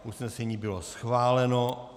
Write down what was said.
Usnesení bylo schváleno.